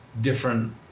different